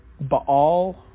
Baal